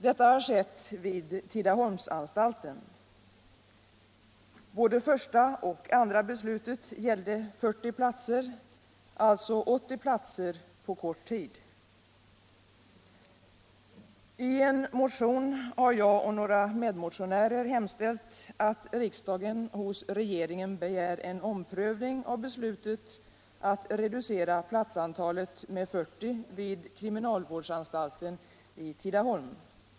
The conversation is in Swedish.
Detta har skett vid Tidaholmsanstalten. Både första och andra beslutet gällde 40 platser, alltså 80 platser på kort tid. I en motion har jag och några medmotionärer hemställt att riksdagen hos regeringen begär en omprövning av beslutet att reducera platsantalet med 40 vid kriminalvårdsanstalten i Tidaholm.